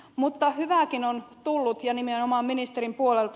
mutta hyvääkin on tullut ja nimenomaan ministerin puolelta